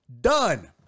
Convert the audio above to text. Done